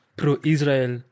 pro-Israel